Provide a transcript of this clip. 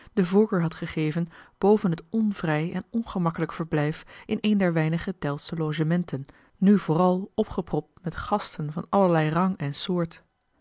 de voorkeur had gegeven boven het onvrij en ongemakkelijk verblijf in een der weinige delftsche logementen nu vooral opgepropt met gasten van allerlei rang en soort